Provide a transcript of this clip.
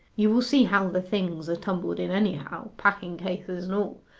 you will see how the things are tumbled in anyhow, packing-cases and all.